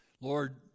Lord